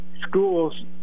schools